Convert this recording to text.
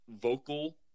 vocal